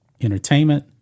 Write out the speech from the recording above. entertainment